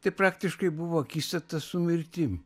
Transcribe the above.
tai praktiškai buvo akistata su mirtim